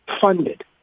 funded